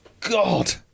god